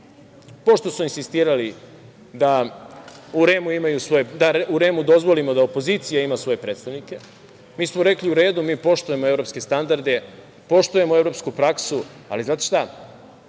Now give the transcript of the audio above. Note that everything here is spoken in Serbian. pošto su insistirali da u REM dozvolimo da opozicija ima svoje predstavnike, mi smo rekli, u redu, poštujemo evropske standarde, poštujemo evropsku praksu, ali, znate šta,